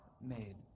made